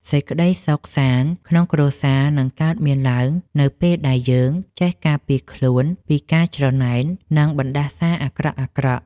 សេចក្តីសុខសាន្តក្នុងគ្រួសារនឹងកើតមានឡើងនៅពេលដែលយើងចេះការពារខ្លួនពីការច្រណែននិងបណ្តាសាអាក្រក់ៗ។